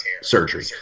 surgery